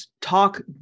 talk